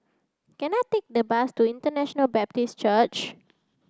can I take the bus to International Baptist Church